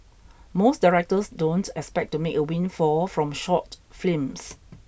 most directors don't expect to make a windfall from short films